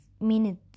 minutes